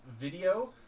video